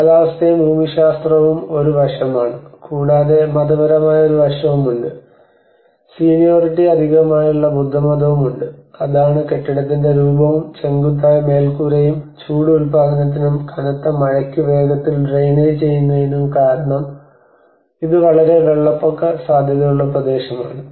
കാലാവസ്ഥയും ഭൂമിശാസ്ത്രവും ഒരു വശമാണ് കൂടാതെ മതപരമായ ഒരു വശവുമുണ്ട് സീനിയോറിറ്റി അധികമായുള്ള ബുദ്ധമതവും ഉണ്ട് അതാണ് കെട്ടിടത്തിന്റെ രൂപവും ചെങ്കുത്തായ മേൽക്കൂരയും ചൂട് ഉൽപാദനത്തിനും കനത്ത മഴയ്ക്ക് വേഗത്തിൽ ഡ്രെയിനേജ് ചെയ്യുന്നതിനും കാരണം ഇത് വളരെ വെള്ളപ്പൊക്ക സാധ്യതയുള്ള പ്രദേശമാണ്